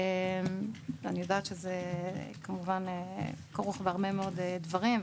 אני יודעת שזה כמובן כרוך בהרבה מאוד דברים,